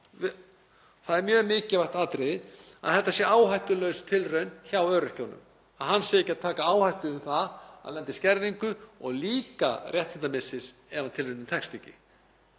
Það er mjög mikilvægt atriði að þetta sé áhættulaus tilraun hjá öryrkjanum, að hann sé ekki að taka áhættu með það að lenda í skerðingum og líka réttindamissi ef tilraunin tekst ekki.